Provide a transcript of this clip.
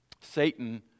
Satan